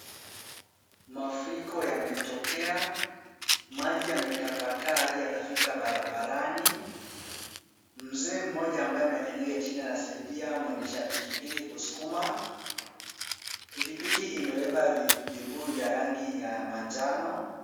Mafuriko yametokea, maji yametapakaa hadi yakafika barabarani. MZee mmoja ambaye amekanyanga chini anasaidia mwendesha pikipiki kusukuma. Pikipiki imebeba vibuyu vya rangi ya manjano.